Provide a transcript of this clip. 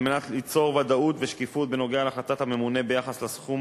על מנת ליצור ודאות ושקיפות בנוגע להחלטת הממונה ביחס לסכום